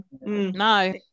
no